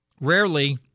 Rarely